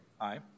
Aye